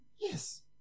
Yes